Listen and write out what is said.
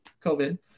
COVID